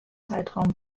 zeitraum